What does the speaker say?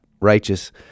righteous